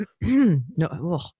no